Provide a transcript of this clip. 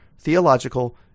theological